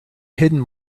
hidden